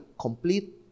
complete